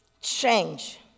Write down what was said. change